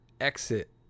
exit